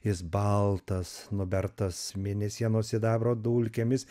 jis baltas nubertas mėnesienos sidabro dulkėm jis